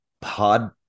Pod